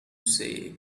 says